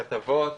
בכתבות,